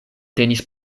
tenis